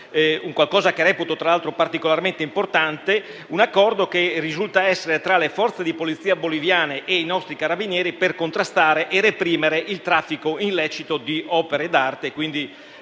un Accordo tra le Forze di polizia boliviane e i nostri Carabinieri per contrastare e reprimere il traffico illecito di opere d'arte,